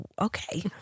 okay